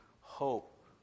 hope